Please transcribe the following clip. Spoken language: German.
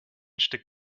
stück